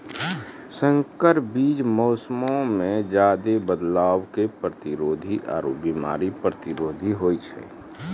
संकर बीज मौसमो मे ज्यादे बदलाव के प्रतिरोधी आरु बिमारी प्रतिरोधी होय छै